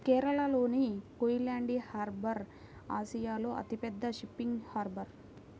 కేరళలోని కోయిలాండి హార్బర్ ఆసియాలో అతిపెద్ద ఫిషింగ్ హార్బర్